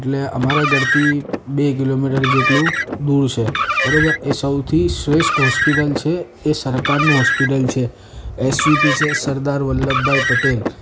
એટલે અમારા ઘરથી બે કિલોમીટર જેટલું દૂર છે બરાબર એ સૌથી શ્રેષ્ઠ હોસ્પિટલ છે એ સરકારનું હોસ્પિટલ છે એસવીપી છે સરદાર વલ્લભભાઈ પટેલ